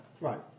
Right